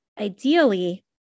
ideally